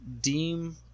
deem